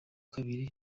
kabiri